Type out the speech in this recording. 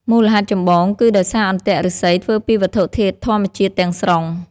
មូលហេតុចម្បងគឺដោយសារអន្ទាក់ឫស្សីធ្វើពីវត្ថុធាតុធម្មជាតិទាំងស្រុង។